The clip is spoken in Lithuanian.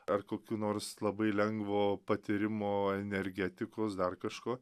ar kokių nors labai lengvo patyrimo energetikos dar kažko